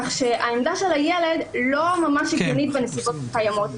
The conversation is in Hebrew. כך שהעמדה של הילד לא ממש הגיונית בנסיבות הקיימות.